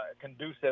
conducive –